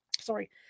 Sorry